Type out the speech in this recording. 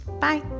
bye